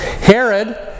Herod